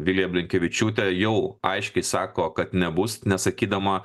vilija blinkevičiūtė jau aiškiai sako kad nebus nesakydama